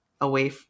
away